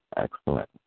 Excellent